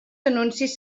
anuncis